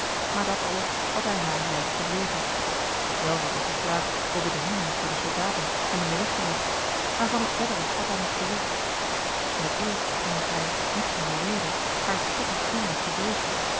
maar dat alles had hij haar juist verzwegen wel had hij geklaagd over de hindernis door de soldaten hem in den weg gelegd maar van het verdere had hij niets gezegd in t eerst omdat hij niet zonder reden haar spottend glimlachje vreesde